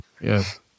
yes